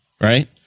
right